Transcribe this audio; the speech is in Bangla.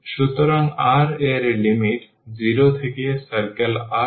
সুতরাং r এর লিমিট 0 থেকে circle r a পর্যন্ত হবে এবং এই 0 থেকে 2 পর্যন্ত পরিবর্তিত হয়